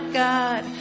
god